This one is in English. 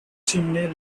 chimney